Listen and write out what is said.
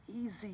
easy